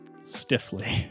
stiffly